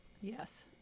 yes